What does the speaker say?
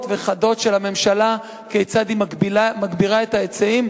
וחדות של הממשלה כיצד היא מגבירה את ההיצעים,